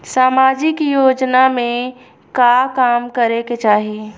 सामाजिक योजना में का काम करे के चाही?